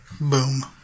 Boom